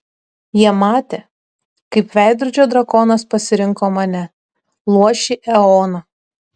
jie matė kaip veidrodžio drakonas pasirinko mane luošį eoną